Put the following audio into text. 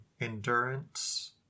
endurance